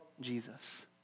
Jesus